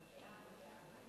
ההצעה להעביר